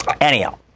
anyhow